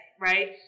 right